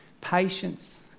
Patience